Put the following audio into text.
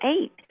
eight